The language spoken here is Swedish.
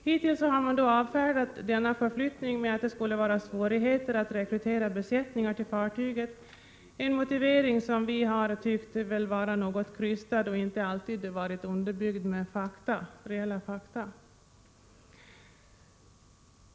Hittills har man avfärdat denna förflyttning med att det skulle vara svårigheter att rekrytera besättningar till fartyget, en motivering som vi har tyckt vara något krystad och som inte alltid varit underbyggd med reella fakta.